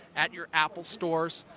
at your apple stores,